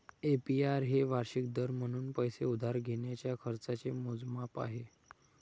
APR हे वार्षिक दर म्हणून पैसे उधार घेण्याच्या खर्चाचे मोजमाप आहे